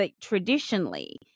traditionally